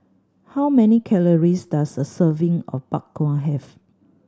how many calories does a serving of Bak Kwa have